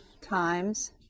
times